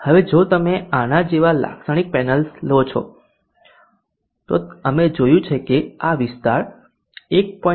હવે જો તમે આના જેવા લાક્ષણિક પેનલ લો છો તો અમે જોયું છે કે આ વિસ્તાર 1